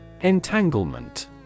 Entanglement